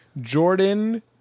Jordan